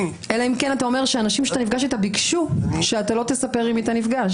אלא אם כן אתה אומר שהאנשים שנפגשו איתך ביקשו שלא תספר עם מי אתה נפגש.